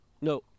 No